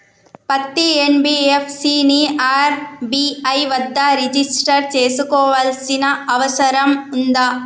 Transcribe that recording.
పత్తి ఎన్.బి.ఎఫ్.సి ని ఆర్.బి.ఐ వద్ద రిజిష్టర్ చేసుకోవాల్సిన అవసరం ఉందా?